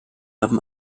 haben